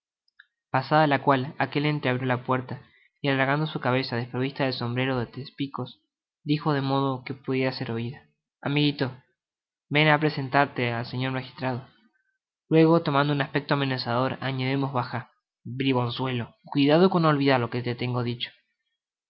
pasada la cual aquel entreabrió la puerta y alargando su cabeza desprovista del sombrero de tres picos dijo de modo que pudiera ser oido amigito ven á presentarte al señor magistrado luego tomando un aspecto amenazador añadió en voz baja bribonzuelo cuidado con olvidar lo que te tengo dicho